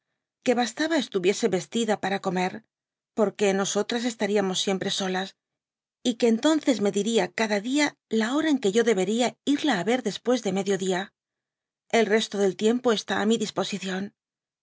que bastaba estuviese vestida para comer porque nosotras estaríamos siempre so las y que entonces me diría cada dia la hora i colegiala en el múmo convento tomo i i dby google rn que debería irla á ver después de medio dia el resto del tiempo está á mi disposición